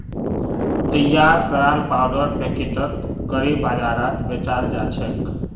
तैयार कराल पाउडर पैकेटत करे बाजारत बेचाल जाछेक